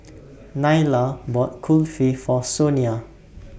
Nyla bought Kulfi For Sonia